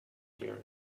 theatres